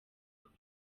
kuko